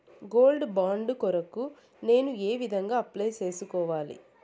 Gold bond కొరకు నేను ఏ విధంగా అప్లై సేసుకోవాలి?